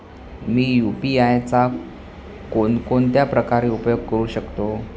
मी UPI चा कोणकोणत्या प्रकारे उपयोग करू शकतो?